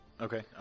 Okay